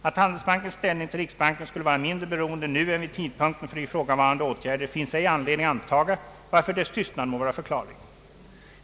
Att Handelsbankens ställning till riksbanken skulle vara mindre beroende nu än vid tidpunkten för ifrågavarande åtgärder finns ej anledning antaga varför dess tystnad må vara förklarlig.